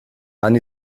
and